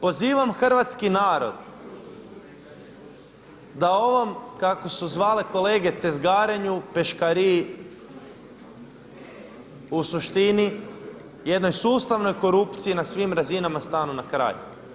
Pozivam hrvatski narod da u ovom kako su zvale kolege tezgarenju, peškariji, u suštini jednoj sustavnoj korupciji na svim razinama stanu na kraj.